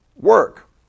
work